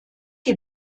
die